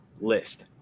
list